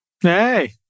Hey